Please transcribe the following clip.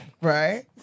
right